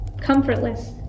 comfortless